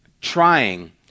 trying